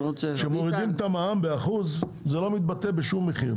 כשמורידים את המע"מ באחוז, זה לא מתבטא בשום מחיר.